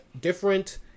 different